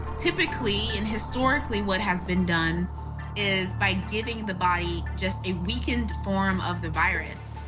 typically and historically what has been done is, by giving the body just a weakened form of the virus,